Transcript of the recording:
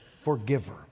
forgiver